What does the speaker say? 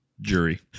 jury